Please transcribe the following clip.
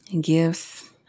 gifts